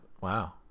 Wow